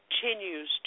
continues